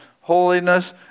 Holiness